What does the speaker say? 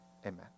Amen